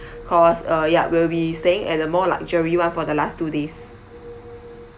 cause uh ya we'll be staying at a more luxury [one] for the last two days